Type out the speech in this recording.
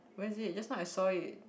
where is it just now I saw it